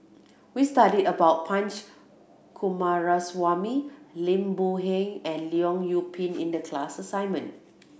we studied about Punch Coomaraswamy Lim Boon Heng and Leong Yoon Pin in the class assignment